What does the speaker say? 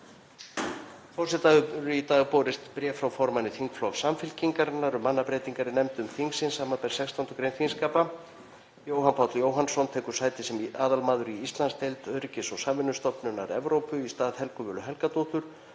hefur í dag borist bréf frá formanni þingflokks Samfylkingarinnar um mannabreytingar í nefndum þingsins, sbr. 16. gr. þingskapa: Jóhann Páll Jóhannsson tekur sæti sem aðalmaður í Íslandsdeild Öryggis- og samvinnustofnunar Evrópu í stað Helgu Völu Helgadóttur,